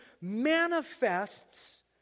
manifests